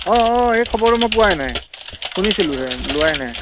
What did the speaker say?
অঁ অঁ এই খবৰটো মই পোৱাই নাই শুনিছিলোঁ হে লোৱাই নাই